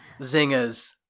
zingers